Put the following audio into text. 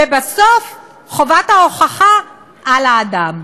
ובסוף חובת ההוכחה היא על האדם.